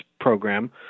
program